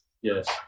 yes